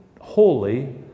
holy